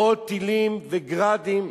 מאות טילים, ו"גראדים",